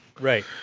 Right